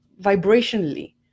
vibrationally